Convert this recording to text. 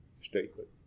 statement